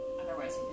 Otherwise